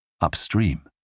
upstream